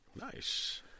Nice